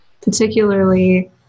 particularly